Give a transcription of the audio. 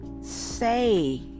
say